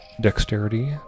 dexterity